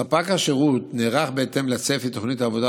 ספק השירות נערך בהתאם לצפי תוכנית העבודה